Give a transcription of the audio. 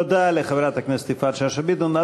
תודה לחברת הכנסת יפעת שאשא ביטון.